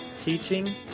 teaching